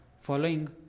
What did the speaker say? Following